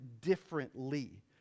differently